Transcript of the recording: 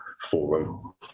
forum